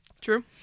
True